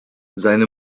seine